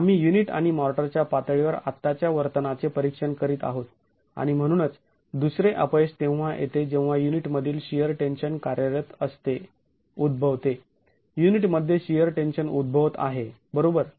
आम्ही युनिट आणि मॉर्टरच्या पातळीवर आत्ताच्या वर्तनाचे परीक्षण करीत आहोत आणि म्हणूनच दुसरे अपयश तेव्हा येते जेव्हा युनिटमधील शिअर टेन्शन कार्यरत असते उद्भवते युनिटमध्ये शिअर टेन्शन उद्भवत आहे बरोबर